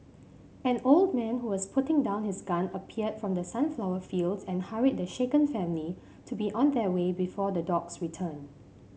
an old man who was putting down his gun appeared from the sunflower fields and hurried the shaken family to be on their way before the dogs return